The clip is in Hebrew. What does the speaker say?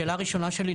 שאלה ראשונה שלי,